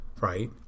Right